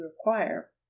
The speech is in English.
require